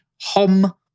Hom